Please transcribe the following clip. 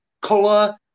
colour